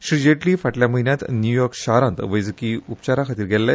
श्री जेटली फाटल्या म्हयन्यांत न्यूयॉर्क शारांत वैजकी उपचारा खातीर गेल्ले